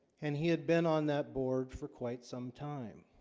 and he had been on that board for quite some time